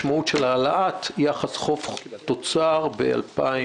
משמעות של העלאת יחס חוב תוצר ב-2019,